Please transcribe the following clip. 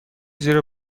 زیر